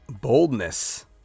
boldness